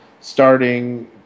starting